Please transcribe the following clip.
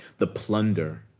the plunder